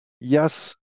yes